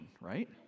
right